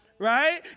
Right